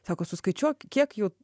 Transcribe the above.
sako suskaičiuok kiek jau